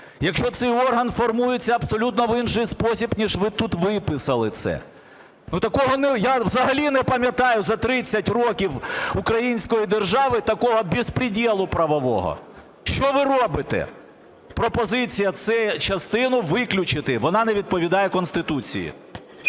якщо цей орган формується в абсолютно інший спосіб, ніж ви тут виписали це? Ну, такого… я взагалі не пам'ятаю за 30 років української держави такого беспредела правового. Що ви робите? Пропозиція цю частину виключити, вона не відповідає Конституції.